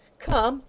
come!